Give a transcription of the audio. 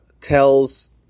tells